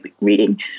reading